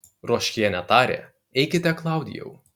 ruoškienė tarė eikite klaudijau